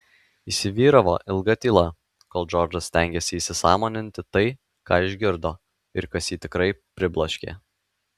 įsivyravo ilga tyla kol džordžas stengėsi įsisąmoninti tai ką išgirdo ir kas jį tikrai pribloškė